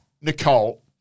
Nicole